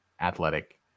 athletic